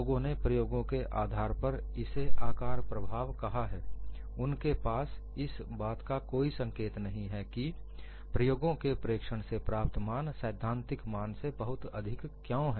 लोगों ने प्रयोगों के आधार पर इसे आकार प्रभाव कहा है उनके पास इस बात का कोई संकेत नहीं है कि प्रयोगों के प्रेक्षण से प्राप्त मान सैद्धांतिक मान से बहुत अधिक क्यों है